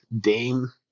Dame